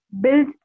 build